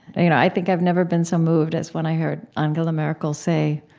you know i think i've never been so moved as when i heard angela merkel say